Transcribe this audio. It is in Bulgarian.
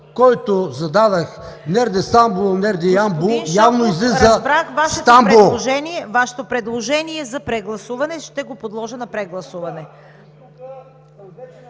който зададох – нерде Стамбул, нерде Ямбол, явно излиза Стамбул,